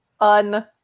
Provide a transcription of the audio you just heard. Un